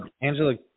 Angela